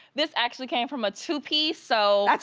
this actually came from a two-piece, so that's